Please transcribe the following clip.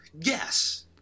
Yes